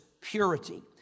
purity